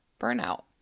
burnout